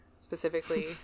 specifically